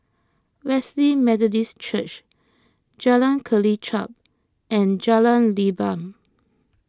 Wesley Methodist Church Jalan Kelichap and Jalan Leban